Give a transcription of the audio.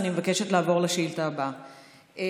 ואני מבקשת לעבור לשאילתה הבאה.